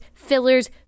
Fillers